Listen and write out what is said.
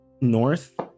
north